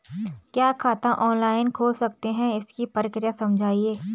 क्या खाता ऑनलाइन खोल सकते हैं इसकी प्रक्रिया समझाइए?